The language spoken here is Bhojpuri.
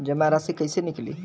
जमा राशि कइसे निकली?